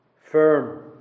firm